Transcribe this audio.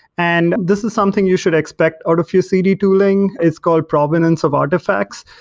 and this is something you should expect out of your cd tooling, is called provenance of artifacts.